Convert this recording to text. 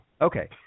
Okay